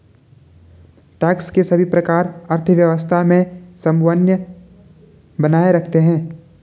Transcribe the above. tax के सभी प्रकार अर्थव्यवस्था में समन्वय बनाए रखते हैं